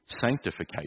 sanctification